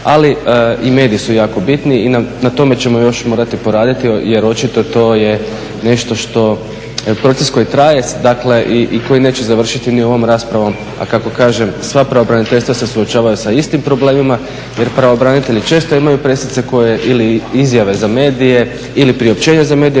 ali i mediji su jako bitno i na tome ćemo još morati poraditi jer očito to je nešto, proces koji traje, dakle i koji neće završiti ni ovom raspravom, a kako kažem sva pravobraniteljstva se suočavaju sa istim problemima jer pravobranitelji često imaju presice, ili izjave za medije ili priopćenja za medije